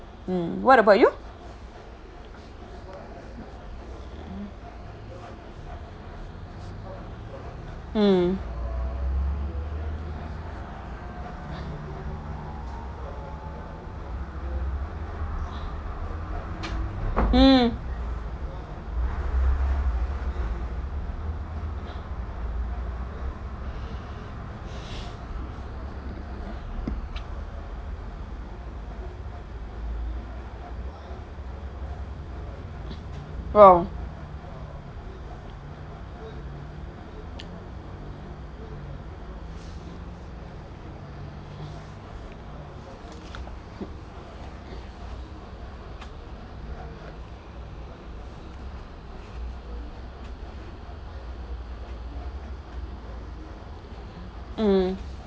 mm what about you mm mm !wow! mm